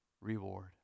reward